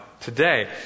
today